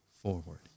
forward